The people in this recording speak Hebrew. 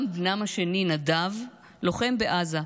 גם בנם השני, נדב, לוחם בעזה,